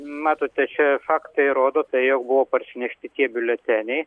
matote čia faktai rodo jog buvo parsinešti tie biuleteniai